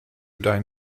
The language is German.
deinen